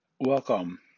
Welcome